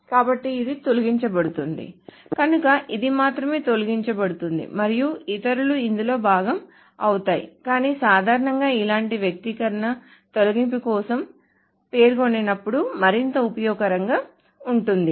కాబట్టి ఇది తొలగించబడుతుంది కనుక ఇది మాత్రమే తొలగించబడుతుంది మరియు ఇతరులు ఇందులో భాగం అవుతాయి కానీ సాధారణంగా ఇలాంటి వ్యక్తీకరణ తొలగింపు కోసం పేర్కొనబడినప్పుడు మరింత ఉపయోగకరంగా ఉంటుంది